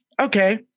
okay